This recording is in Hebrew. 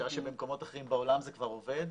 בשעה שבמקומות אחרים בעולם זה כבר עובד.